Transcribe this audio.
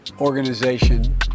organization